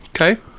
Okay